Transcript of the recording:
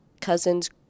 cousins